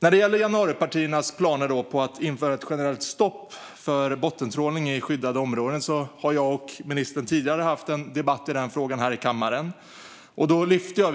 När det gäller januaripartiernas planer på att införa ett generellt stopp för bottentrålning i skyddade områden har jag och ministern tidigare haft en debatt om den frågan här i kammaren. Då lyfte jag